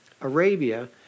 Arabia